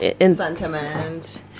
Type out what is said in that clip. sentiment